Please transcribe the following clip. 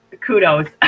kudos